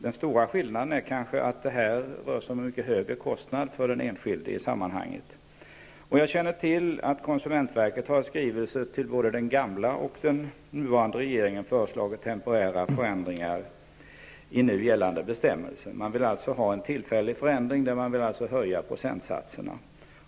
Den stora skillnaden är kanske att det rör sig om en mycket större kostnad för den enskilde. Jag känner till att konsumentverket i skrivelser till såväl den gamla som den nuvarande regeringen har föreslagit temporära förändringar i nu gällande bestämmelser. Man vill ha en tillfällig förändring och höja procentsatserna.